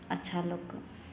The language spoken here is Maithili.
अच्छा लोक